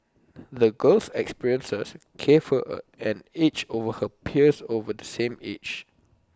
the girl's experiences gave her an edge over her peers of the same age